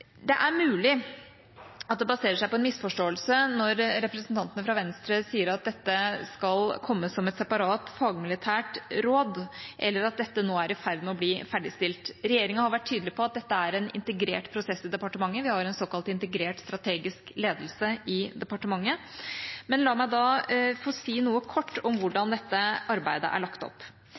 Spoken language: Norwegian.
Det er mulig at det baserer seg på en misforståelse når representantene fra Venstre sier at dette skal komme som et separat fagmilitært råd, eller at dette nå er i ferd med å bli ferdigstilt. Regjeringa har vært tydelig på at dette er en integrert prosess i departementet. Vi har en såkalt integrert strategisk ledelse i departementet. La meg da få si noe kort om hvordan dette arbeidet er lagt opp.